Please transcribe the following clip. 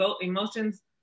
emotions